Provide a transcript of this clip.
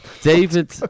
David